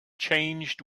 changed